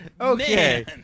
Okay